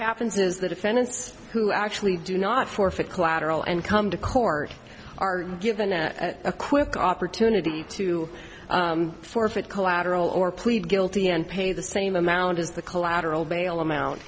happens is the defendants who actually do not forfeit collateral and come to court are given a quick opportunity to forfeit collateral or plead guilty and pay the same amount as the collateral bail